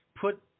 put